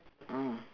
mm